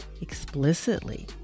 explicitly